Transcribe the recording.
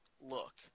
look